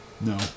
No